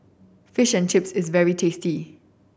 Fish and Chips is very tasty